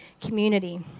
community